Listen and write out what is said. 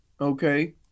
Okay